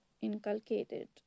inculcated